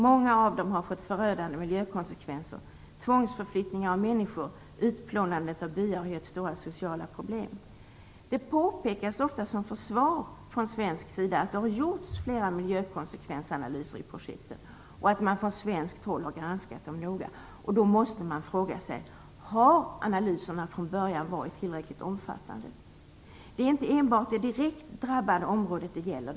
Många av dem har fått förödande miljökonsekvenser, tvångsförflyttningar av människor, utplånandet av byar och stora sociala problem. Det påpekas ofta som försvar från svensk sida att det har gjorts flera miljökonsekvensanalyser i projekten och att man från svenskt håll har granskat dem noga. Då måste man fråga sig: Har analyserna från början varit tillräckligt omfattande? Det är inte enbart det direkt drabbade området det gäller.